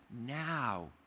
now